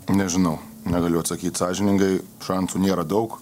nežinau negaliu atsakyti sąžiningai šansų nėra daug